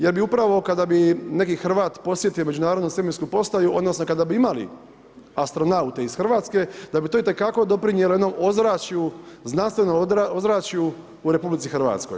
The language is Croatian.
Jer bi upravo kada bi neki Hrvat posjetio Međunarodnu svemirsku postaju, odnosno kada bi imali astronaute iz Hrvatske da bi to itekako doprinijelo jednom ozračju, znanstvenom ozračju u RH.